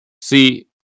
See